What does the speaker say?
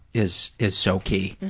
is is so key.